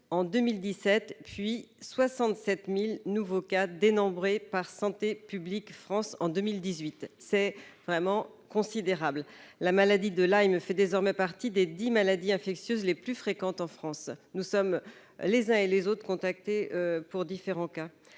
en 2017 puis à 67 000 nouveaux cas dénombrés par Santé publique France en 2018. C'est considérable : la maladie de Lyme fait désormais partie des dix maladies infectieuses les plus fréquentes en France. Nous avons tous été contactés pour différents cas.